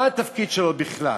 מה התפקיד שלו בכלל?